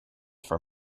for